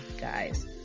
guys